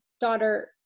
daughter